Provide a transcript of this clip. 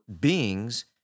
beings